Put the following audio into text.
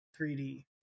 3D